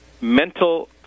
mental